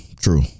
true